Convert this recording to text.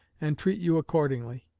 and treat you accordingly.